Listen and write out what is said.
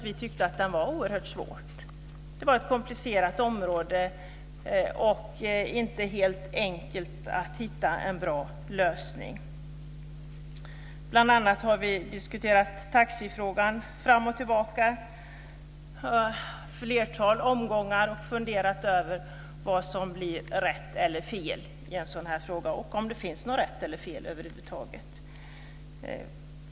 Vi tyckte att den var oerhört svår. Det var ett komplicerat område, och det var inte helt enkelt att hitta en bra lösning. Bl.a. har vi diskuterat taxifrågan fram och tillbaka ett flertal omgångar och funderat över vad som blir rätt och fel i en sådan fråga - och om det finns något rätt eller fel över huvud taget.